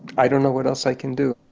i don't know what else i can do